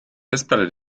festplatte